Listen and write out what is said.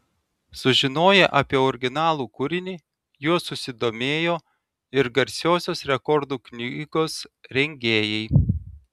sužinoję apie originalų kūrinį juo susidomėjo ir garsiosios rekordų knygos rengėjai